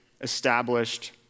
established